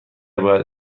باید